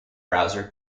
browser